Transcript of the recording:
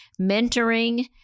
mentoring